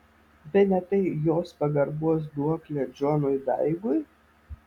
bene tai jos pagarbos duoklė džonui daigui